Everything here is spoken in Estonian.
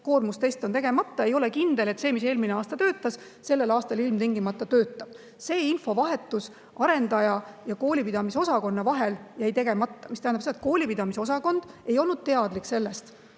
Koormustest on tegemata, ei ole kindel, et see, mis eelmine aasta töötas, ka tänavu ilmtingimata töötab. See infovahetus arendaja ja koolipidamise osakonna vahel jäi tegemata. Seega koolipidamise osakond ei olnud teadlik sellest,